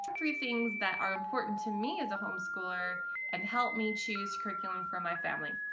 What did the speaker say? three things that are important to me as a home schooler and help me choose curriculum from my family.